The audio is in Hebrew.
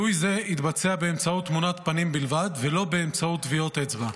זיהוי זה יתבצע באמצעות תמונת פנים בלבד ולא באמצעות טביעות אצבע.